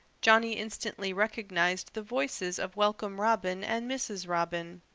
johnny instantly recognized the voices of welcome robin and mrs. robin.